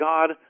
God